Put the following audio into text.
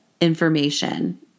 information